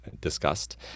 discussed